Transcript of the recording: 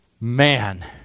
man